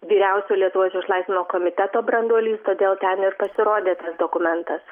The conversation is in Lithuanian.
vyriausio lietuvos išlaisvinimo komiteto branduolys todėl ten ir pasirodė tas dokumentas